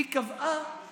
היא קבעה